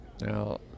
Now